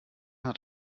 hat